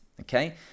Okay